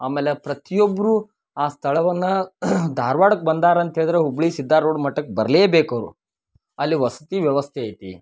ಆಮೇಲೆ ಪ್ರತಿ ಒಬ್ರು ಆ ಸ್ಥಳವನ್ನ ಧಾರ್ವಾಡಕ್ಕೆ ಬಂದಾರಂತ ಹೇಳಿದರೆ ಹುಬ್ಬಳ್ಳಿ ಸಿದ್ಧಾರೂಢ ಮಠಕ್ಕೆ ಬರ್ಲೇಬೇಕು ಅವರು ಅಲ್ಲಿ ವಸತಿ ವ್ಯವಸ್ಥೆ ಐತಿ